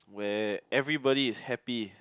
where everybody is happy